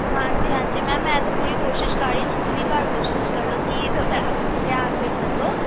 ਹਾਂਜੀ ਹਾਂਜੀ ਮੈਮ ਮੈਂ ਤਾਂ ਪੂਰੀ ਕੋਸ਼ਿਸ਼ ਕਰ ਰਹੀ ਤੁਸੀਂ ਵੀ ਘਰ ਕੋਸ਼ਿਸ਼ ਕਰੋ ਕਿ ਥੋੜ੍ਹਾ ਧਿਆਨ ਦੇ ਸਕੋ